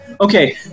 Okay